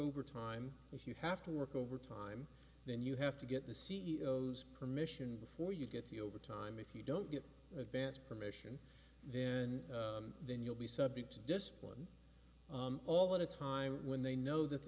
overtime if you have to work overtime then you have to get the c e o s permission before you get the over time if you don't get advance permission then then you'll be subject to discipline all the time when they know that the